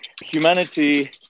Humanity